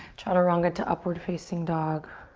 chaturanga to upward facing dog.